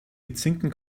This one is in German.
gezinkten